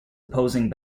opposing